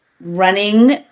running